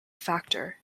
factor